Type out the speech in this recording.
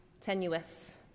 tenuous